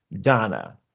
Donna